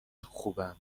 خوبم